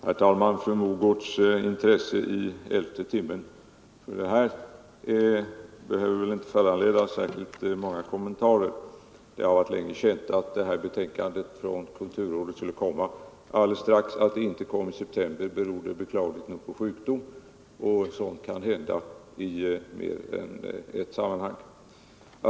Herr talman! Fru Mogårds intresse i elfte timmen för kulturarbetarna behöver inte föranleda särskilt många kommentarer. Det har länge varit känt att detta betänkande från kulturrådet skulle komma. Att det inte kom i september berodde beklagligt nog på sjukdom, sådant kan hända — Nr 130 i mer än ett sammanhang.